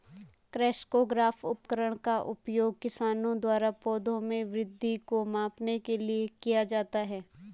crescograph उपकरण का उपयोग किसानों द्वारा पौधों में वृद्धि को मापने के लिए किया जाता है